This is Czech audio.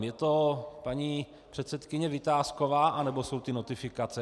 Je to paní předsedkyně Vitásková, anebo to jsou ty notifikace?